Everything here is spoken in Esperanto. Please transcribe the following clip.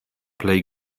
plej